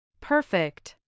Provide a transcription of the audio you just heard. Perfect